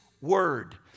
word